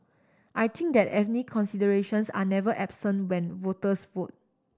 I think that ethnic considerations are never absent when voters vote